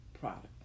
product